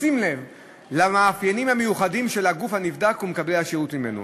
בשים לב למאפיינים המיוחדים של הגוף הנבדק ומקבלי השירות ממנו.